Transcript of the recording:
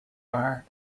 bar